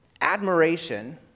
admiration